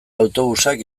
autobusak